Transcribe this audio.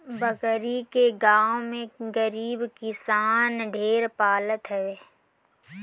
बकरी के गांव में गरीब किसान ढेर पालत हवे